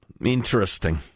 Interesting